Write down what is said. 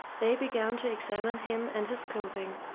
they began to examine him and his clothing.